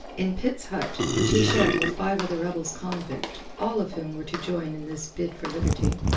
in pitt's hut, which he shared with five other rebels-convict, all of whom were to join in this bid for liberty,